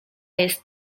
jest